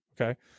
Okay